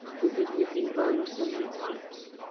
because we've been burned so many times.